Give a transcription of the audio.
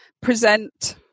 present